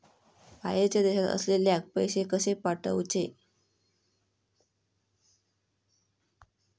बाहेरच्या देशात असलेल्याक पैसे कसे पाठवचे?